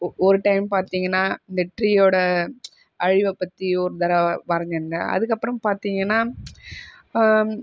ஒ ஒரு டைம் பார்த்திங்கன்னா இந்த ட்ரீயோடய அழிவை பற்றி ஒரு தடவை வரைஞ்சு இருந்தேன் அதுக்கு அப்புறம் பார்த்திங்கன்னா